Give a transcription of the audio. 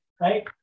right